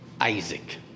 Isaac